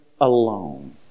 alone